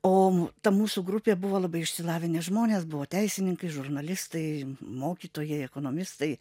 o ta mūsų grupė buvo labai išsilavinę žmonės buvo teisininkai žurnalistai mokytojai ekonomistai